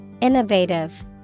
Innovative